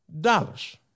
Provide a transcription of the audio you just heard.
dollars